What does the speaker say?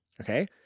Okay